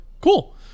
cool